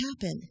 happen